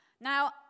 Now